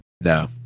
No